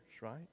right